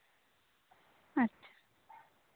ᱟᱪᱪᱷᱟ